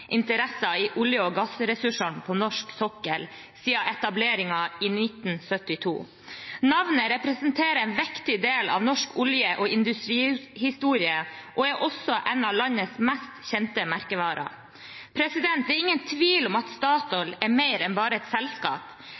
interesser i olje- og gassressursene på norsk sokkel siden etableringen i 1972. Navnet representerer en viktig del av norsk olje- og industrihistorie og er også en av landets mest kjente merkevarer. Det er ingen tvil om at Statoil er mer enn bare et selskap.